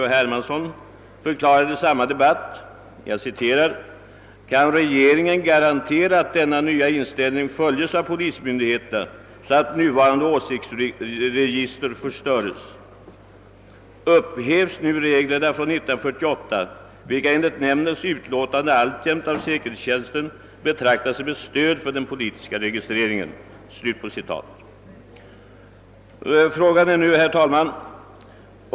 H. Hermansson frågade i samma debatt: »Kan regeringen garantera att denna nya inställning följes av polismyndigheterna, så att nuvarande åsiktsregister förstöres? ——— Upphävs nu reglerna från 1948, vilka enligt nämndens utlåtande alltjämt av säkerhetstjänsten betraktas som ett stöd för den politiska registreringen?» Vad frågan nu gäller är följande.